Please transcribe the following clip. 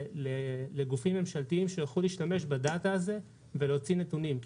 לגופים ממשלתיים שיוכלו להשתמש בדאטה הזאת ולהוציא נתונים.